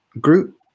group